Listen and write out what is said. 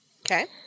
Okay